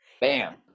Bam